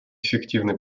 эффективной